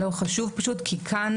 חשוב פשוט, כי כאן